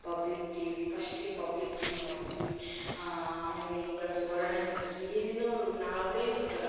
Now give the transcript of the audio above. public TV ಪಶ್ಟಿಗೆ public TV ನೋಡ್ತಿದ್ವಿ ಆಮೇಲೆ ಈಗ ಸುವರ್ಣ ನ್ಯೂಸ್ ಏನೇನೋ ನಾಲ್ಕೈದು ಥರ